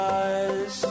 eyes